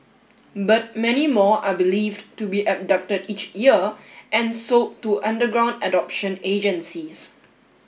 but many more are believed to be abducted each year and sold to underground adoption agencies